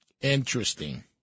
Interesting